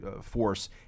force